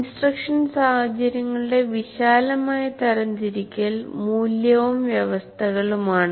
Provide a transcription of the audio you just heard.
instruction സാഹചര്യങ്ങളുടെ വിശാലമായ തരാം തിരിക്കൽ മൂല്യവും വ്യവസ്ഥകളുമാണ്